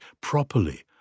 properly